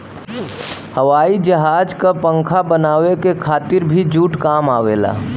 हवाई जहाज क पंखा बनावे के खातिर भी जूट काम आवेला